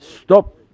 stop